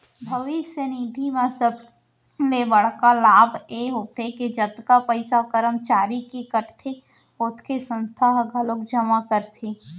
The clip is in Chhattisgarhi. भविस्य निधि म सबले बड़का लाभ ए होथे के जतका पइसा करमचारी के कटथे ओतके संस्था ह घलोक जमा करथे